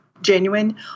genuine